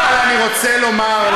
אבל אני רוצה לומר,